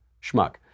schmuck